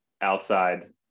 outside